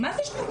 מה זה שנתיים?